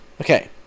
Okay